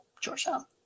Georgetown